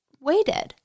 waited